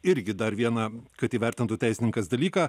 irgi dar vieną kad įvertintų teisininkas dalyką